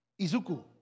Izuku